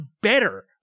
better